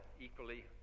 equally